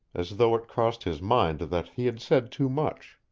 as though it crossed his mind that he had said too much.